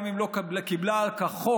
גם אם לא קיבלה זאת כחוק,